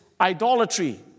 idolatry